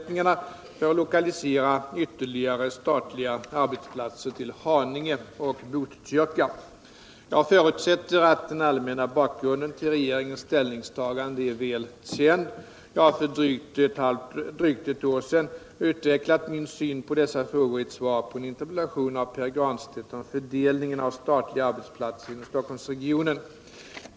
Jag förutsätter att den allmänna bakgrunden till regeringens ställningstaganden är väl känd. Jag har för drygt ett år sedan utvecklat min syn på dessa frågor i ett svar på en interpellation av Pär Granstedt om fördelningen av statliga arbetsplatser inom Stockholmsregionen.